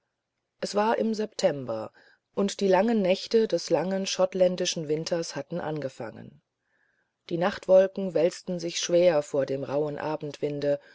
es war im september und die langen nächte des langen schottländischen winters hatten angefangen die nachtwolken wälzten sich schwer vor dem rauhen abendwinde